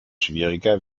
schwieriger